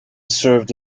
served